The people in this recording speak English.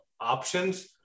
options